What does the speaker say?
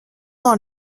dans